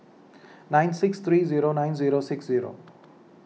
nine six three zero nine zero six zero